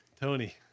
Tony